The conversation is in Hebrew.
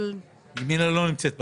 ימינה לא נמצאת בכנסת.